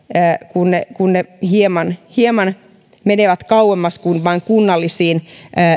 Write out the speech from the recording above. kun ne kun ne menevät hieman kauemmas kuin vain kunnallisiin